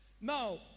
Now